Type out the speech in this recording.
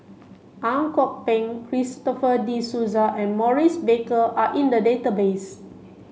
Ang Kok Peng Christopher De Souza and Maurice Baker are in the database